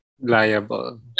Liable